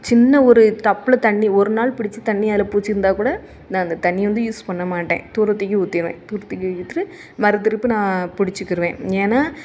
சின்ன ஒரு டப்பில் தண்ணி ஒரு நாள் பிடித்த தண்ணியை அதில் பூச்சியிருந்தால் கூட நான் அந்த தண்ணியை வந்து யூஸ் பண்ணமாட்டேன் தூர தூக்கி ஊத்திடுவேன் ஊத்திக்கிட்டு மறு திருப்பு நான் பிடிச்சிக்கிருவேன் ஏன்னா